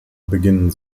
beginnen